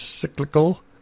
cyclical